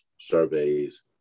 surveys